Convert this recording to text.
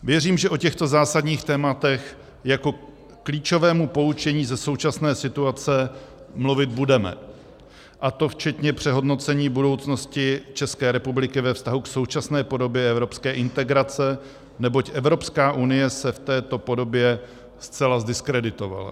Věřím, že o těchto zásadních tématech jako klíčovému poučení ze současné situace mluvit budeme, a to včetně přehodnocení budoucnosti České republiky ve vztahu k současné podobě evropské integrace, neboť Evropská unie se v této podobě zcela zdiskreditovala.